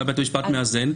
מה בית המשפט מאזן?